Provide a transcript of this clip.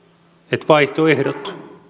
että vaihtoehdot